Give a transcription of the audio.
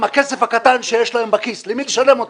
הכסף הקטן שיש להם בכיס ולמי לשלם אותו,